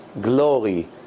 glory